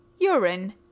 urine